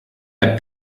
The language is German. app